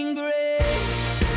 grace